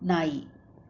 ನಾಯಿ